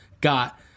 got